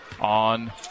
on